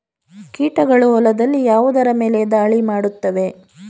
ಕೀಟಗಳು ಹೊಲದಲ್ಲಿ ಯಾವುದರ ಮೇಲೆ ಧಾಳಿ ಮಾಡುತ್ತವೆ?